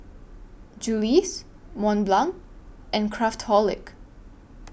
Julie's Mont Blanc and Craftholic